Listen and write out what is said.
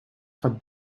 gaat